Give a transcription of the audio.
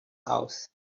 house